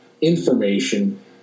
information